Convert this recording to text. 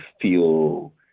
feel